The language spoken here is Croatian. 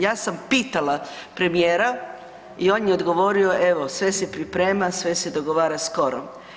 Ja sam pitala premijera i on je odgovorio evo sve se priprema, sve se dogovara, skoro.